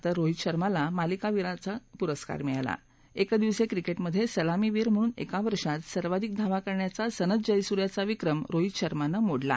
तर रोहित शर्माला मालिकावीर म्हणून गौरवण्यात आलं एकदिवसीय क्रिकेटमधे सलामीवीर म्हणून एका वर्षात सर्वाधिक धावा करण्याचा सनथ जयसुर्याचा विक्रम राहित शर्मानं मोडला